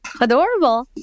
Adorable